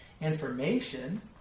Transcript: information